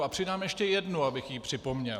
A přidám ještě jednu, abych ji připomněl.